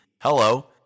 Hello